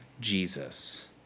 Jesus